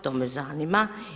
To me zanima.